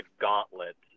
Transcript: gauntlet